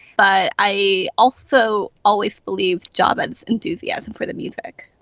but i also always believe job adds enthusiasm for the music